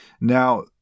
Now